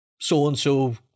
so-and-so